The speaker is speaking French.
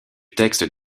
texte